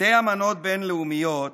שתי אמנות בין-לאומיות,